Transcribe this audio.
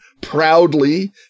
proudly